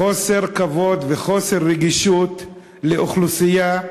זה חוסר כבוד וחוסר רגישות לאוכלוסייה,